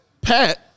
Pat